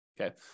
okay